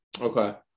okay